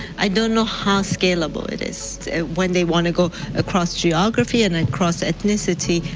i don't know how scalable it is. when they want to go across geography and then cross ethnicity,